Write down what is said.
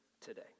today